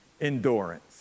endurance